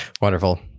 Wonderful